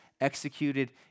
executed